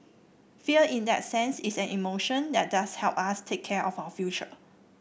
fear in that sense is an emotion that does help us take care of our future